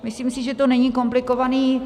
Myslím si, že to není komplikovaný